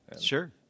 sure